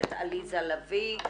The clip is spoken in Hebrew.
הכנסת עליזה לביא.